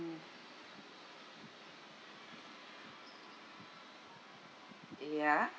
mm ya